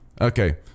Okay